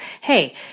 hey